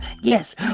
Yes